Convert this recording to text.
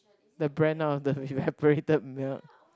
the brand of the evaporated milk